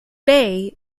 bey